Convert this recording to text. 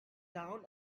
town